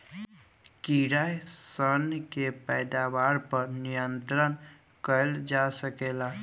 कीड़ा सन के पैदावार पर नियंत्रण कईल जा सकेला